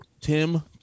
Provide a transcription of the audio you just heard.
Tim